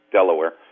Delaware